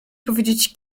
powiedzieć